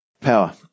power